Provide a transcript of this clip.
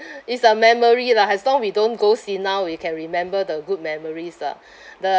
is a memory lah as long we don't go see now we can remember the good memories ah the